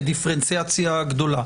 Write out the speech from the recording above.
בדיפרנציאציה גדולה.